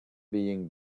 being